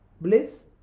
Bliss